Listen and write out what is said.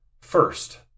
First